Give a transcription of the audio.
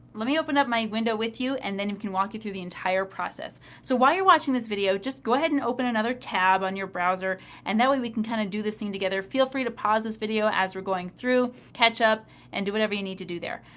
let me open up my window with you and then we can walk you through the entire process. so while you're watching this video, just go ahead and open another tab on your browser and that way we can kind of do this thing together. feel free to pause this video as we're going through. catch up and do whatever you need to do there.